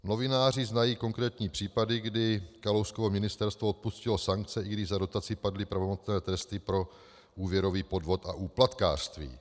Novináři znají konkrétní případy, kdy Kalouskovo ministerstvo odpustilo sankce, i když za dotaci padly pravomocné tresty pro úvěrový podvod a úplatkářství.